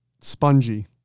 Spongy